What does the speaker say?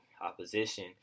opposition